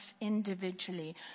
individually